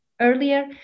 earlier